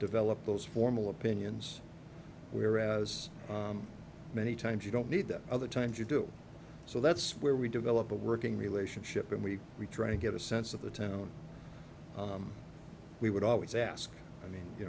develop those formal opinions whereas many times you don't need them other times you do so that's where we develop a working relationship and we we try to get a sense of the tone we would always ask i mean you